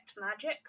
magic